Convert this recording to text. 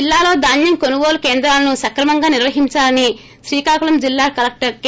జిల్లాలో ధాన్యం కొనుగోలు కేంద్రాలను సక్రమంగా నిర్వహిందాలని శ్రీకాకుళం జిల్లా కలెక్లర్ కె